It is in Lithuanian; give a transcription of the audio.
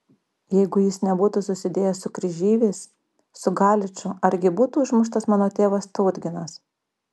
jeigu jis nebūtų susidėjęs su kryžeiviais su galiču argi būtų užmuštas mano tėvas tautginas